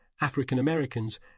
African-Americans